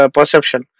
perception